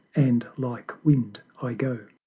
and like wind i go.